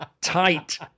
Tight